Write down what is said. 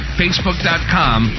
facebook.com